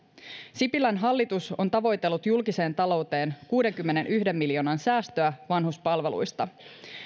sipilän hallitus on tavoitellut julkiseen talouteen kuudenkymmenenyhden miljoonan euron säästöä vanhuspalveluista